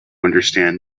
understand